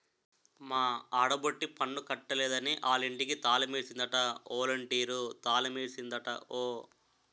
మా ఆడబొట్టి పన్ను కట్టలేదని ఆలింటికి తాలమేసిందట ఒలంటీరు తాలమేసిందట ఓ